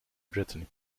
brittany